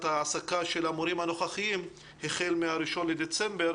העסקה של המורים הנוכחיים החל מה-1 בדצמבר.